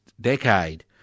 decade